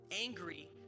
angry